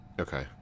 Okay